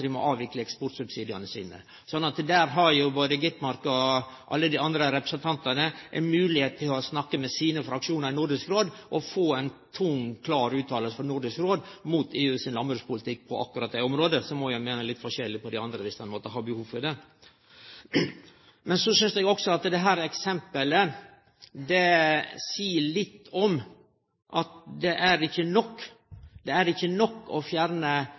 dei må avvikle eksportsubsidiane sine. Så der har både Skovholt Gitmark og alle dei andre representantane ei moglegheit til å snakke med sine fraksjonar i Nordisk Råd og få ei tung, klar utsegn frå Nordisk Råd mot EU sin landbrukspolitikk på akkurat det området. Så må ein jo meine litt forskjellig på dei andre områda, dersom ein måtte ha behov for det. Men så synest eg også at dette eksempelet seier litt om at det ikkje er nok å fjerne